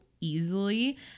easily